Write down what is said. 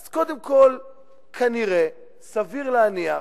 אז קודם כול, כנראה, סביר להניח,